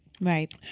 right